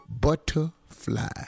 butterfly